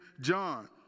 John